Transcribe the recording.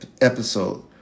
episode